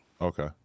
Okay